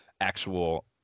actual